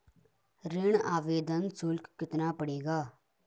ऋण आवेदन शुल्क कितना पड़ेगा?